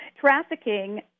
trafficking